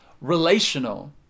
relational